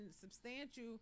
substantial